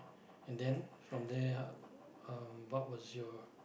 and then from there how uh what was your